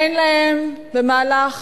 אין להם במהלך